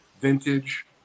vintage